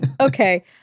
Okay